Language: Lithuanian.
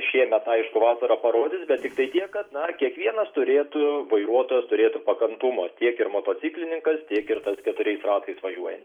šiemet aišku vasara parodys bet tiktai tiek kad na kiekvienas turėtų vairuotojas turėtų pakantumo tiek ir motociklininkas tiek ir tas keturiais ratais važiuojantis